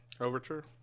Overture